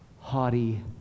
haughty